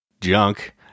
junk